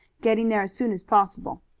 getting there as soon as possible.